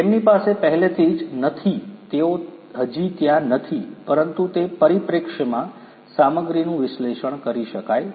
તેમની પાસે પહેલેથી જ નથી તેઓ હજી ત્યાં નથી પરંતુ તે પરિપ્રેક્ષ્યમાં સામગ્રીનું વિશ્લેષણ કરી શકાય છે